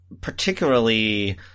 particularly –